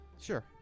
Sure